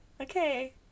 Okay